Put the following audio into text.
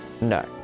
No